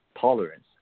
tolerance